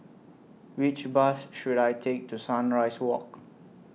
Which Bus should I Take to Sunrise Walk